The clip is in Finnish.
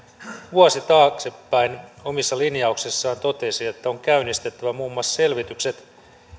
vuosi taaksepäin omissa linjauksissaan totesi että on käynnistettävä muun muassa selvitykset